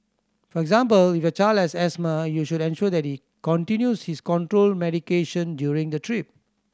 for example if your child has asthma you should ensure that he continues his control medication during the trip